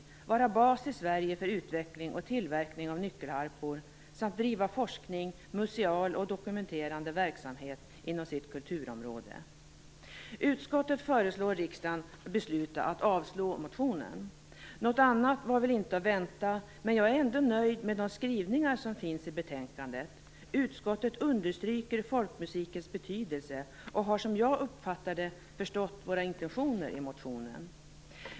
Det skall vara bas i Sverige för utveckling och tillverkning av nyckelharpor samt bedriva forskning och museal och dokumenterande verksamhet inom sitt kulturområde. Utskottet föreslår att riksdagen beslutar att avslå motionen. Något annat var väl inte att vänta, men jag är ändå nöjd med de skrivningar som finns i betänkandet. Utskottet understryker folkmusikens betydelse och har som jag uppfattar det förstått våra intentioner i motionen.